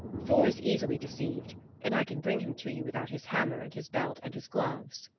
thor is easily deceived and i can bring him to you without his hammer and his belt and his gloves.